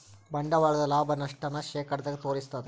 ಬಂಡವಾಳದ ಲಾಭ, ನಷ್ಟ ನ ಶೇಕಡದಾಗ ತೋರಿಸ್ತಾದ